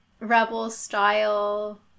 Rebel-style